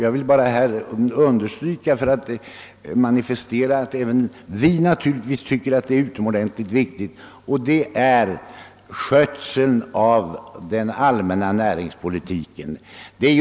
Jag vill bara understryka att även vi naturligtvis finner skötseln av den allmänna näringspolitiken utomordentligt viktig.